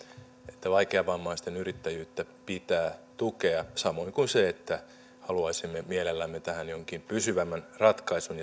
että vaikeavammaisten yrittäjyyttä pitää tukea samoin kuin siitä että haluaisimme mielellämme tähän jonkin pysyvämmän ratkaisun